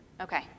Okay